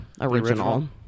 original